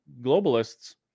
globalists